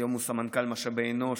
היום הוא סמנכ"ל משאבי אנוש,